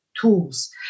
tools